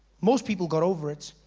most people got over it.